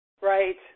Right